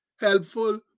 helpful